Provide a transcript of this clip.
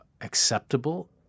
acceptable